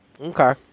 Okay